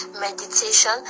meditation